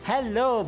Hello